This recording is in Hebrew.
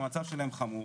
שהמצב שלהם חמור,